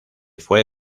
fue